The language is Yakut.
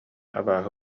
абааһы